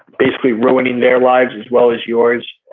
basically ruining their lives as well as yours.